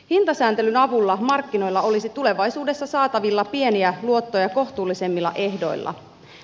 hintasääntelyn avulla markkinoilla olisi tulevaisuudessa saatavilla pieniä luottoja kohtuullisemmilla ehdoilla